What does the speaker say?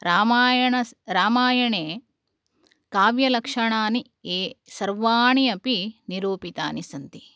रामायणस् रामायणे काव्यलक्षणानि ये सर्वाणि अपि निरूपितानि सन्ति